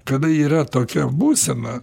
kada yra tokia būsena